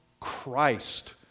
Christ